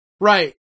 Right